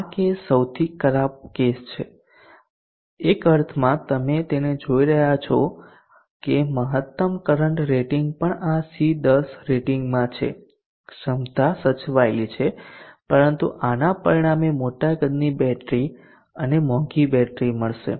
આ કેસ સૌથી ખરાબ કેસ છે એક અર્થમાં કે તમે તેને જોઈ રહ્યા છો કે મહત્તમ કરંટ રેટિંગ પણ આ C10 રેટિંગમાં છે ક્ષમતા સચવાયેલી છે પરંતુ આના પરિણામે મોટા કદની બેટરી અને મોંઘી બેટરી મળશે